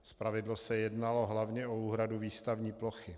Zpravidla se jednalo hlavně o úhradu výstavní plochy.